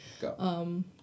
Go